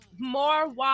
more